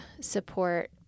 support